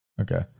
Okay